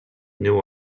new